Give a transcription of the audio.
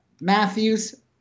Matthews